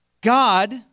God